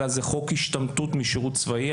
אלא זה חוק השתמטות משירות צבאי.